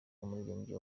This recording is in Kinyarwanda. umuririmbyi